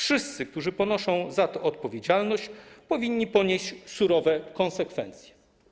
Wszyscy, którzy ponoszą za to odpowiedzialność, powinni ponieść surowe konsekwencje.